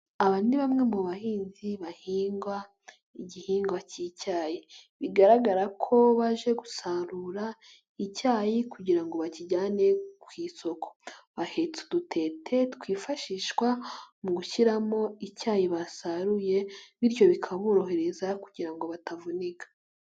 Aba ni bamwe mu bahinzi bahingwa igihingwa k'icyayi. Bigaragara ko baje gusarura icyayi kugira ngo bakijyane ku isoko. Bahetse udutete twifashishwa mu gushyiramo icyayi basaruye bityo bikaborohereza kugira ngo batavunika.